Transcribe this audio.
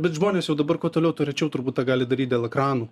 bet žmonės jau dabar kuo toliau tuo rečiau turbūt tą gali daryt dėl ekranų